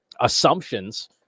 assumptions